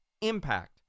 impact